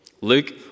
Luke